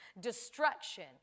destruction